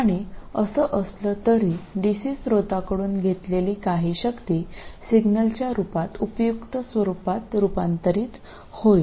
आणि असं असलं तरी डीसी स्त्रोताकडून घेतलेली काही शक्ती सिग्नलच्या रूपात उपयुक्त स्वरूपात रूपांतरित होईल